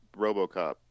Robocop